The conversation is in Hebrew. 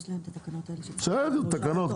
יש להם את התקנות --- בסדר, תקנות.